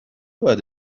باید